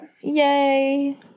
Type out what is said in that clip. yay